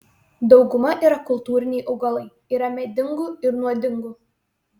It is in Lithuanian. dauguma yra kultūriniai augalai yra medingų ir nuodingų